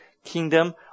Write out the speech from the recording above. Kingdom